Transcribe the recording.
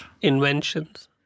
Inventions